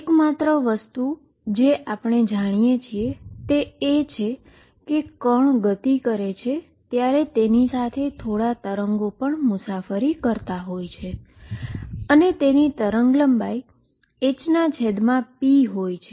એકમાત્ર વસ્તુ જે આપણે જાણીએ છીએ તે છે કે પાર્ટીકલ મુવ કરે છે ત્યારે તેની સાથે થોડા વેવ પણ મુસાફરી કરતા હોય છે અને તેની વેવલેન્થ hp હોય છે